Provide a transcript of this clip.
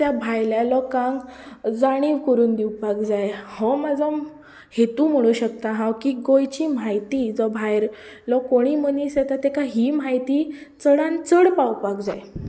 त्या भायल्या लोकांक जाणीव करून दिवपाक जाय हो म्हजो हेतू म्हणूंक शकता हांव की गोंयची म्हायती जो भायलो कोणी मनीस येता तेका ही म्हायती चडांत चड पावपाक जाय